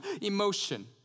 emotion